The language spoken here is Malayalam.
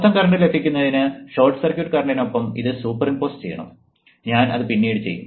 മൊത്തം കറന്റ് ലഭിക്കുന്നതിന് ഷോർട്ട് സർക്യൂട്ട് കറന്റിനൊപ്പം ഇത് സൂപ്പർ ഇംപോസ് ചെയ്യണം ഞാൻ അത് പിന്നീട് ചെയ്യും